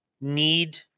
need